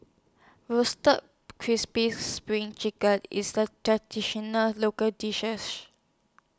Roasted Crispy SPRING Chicken IS A Traditional Local